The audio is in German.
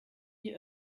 die